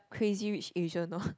Crazy-Rich-Asian lor